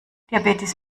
diabetes